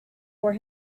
for